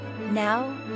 Now